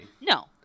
No